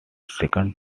second